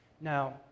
Now